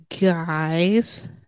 guys